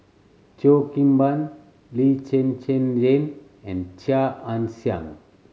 Cheo Kim Ban Lee Zhen Zhen Jane and Chia Ann Siang